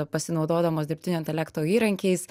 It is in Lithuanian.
pasinaudodamos dirbtinio intelekto įrankiais